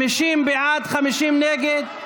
50 בעד ו-50 נגד.